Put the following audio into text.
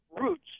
Roots